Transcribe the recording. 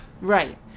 Right